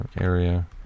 area